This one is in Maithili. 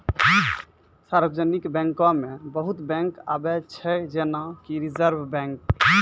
सार्वजानिक बैंको मे बहुते बैंक आबै छै जेना कि रिजर्व बैंक